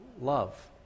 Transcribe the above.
love